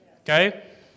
Okay